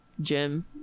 Jim